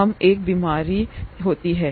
हम ए बीमारी यही है